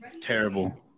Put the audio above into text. Terrible